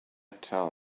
tell